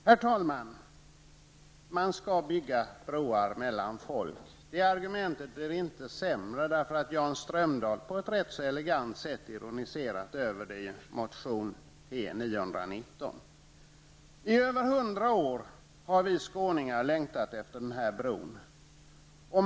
Herr talman! Man skall bygga broar mellan folk. Det argumentet blir inte sämre därför att Jan Strömdahl på ett rätt elegant sätt har ironiserat över detta i motion T919. I över hundra år har vi skåningar längtat efter den här bron.